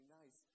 nice